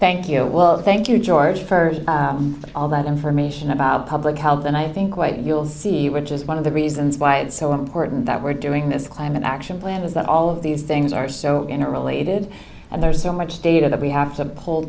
you well thank you george for all that information about public health and i think what you'll see which is one of the reasons why it's so important that we're doing this climate action plan is that all of these things are so generally added and there's so much data that we have to pull